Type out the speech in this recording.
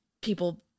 people